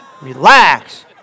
Relax